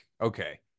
okay